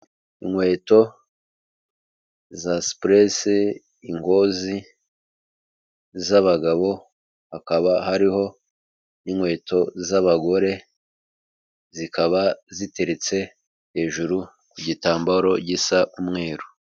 Inkweto za sipurese, ingozi z'abagabo hakaba hariho n'inkweto z'abagore, zikaba ziteretse hejuru ku gitambaro gisa umweru.